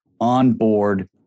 onboard